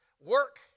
work